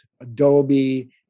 Adobe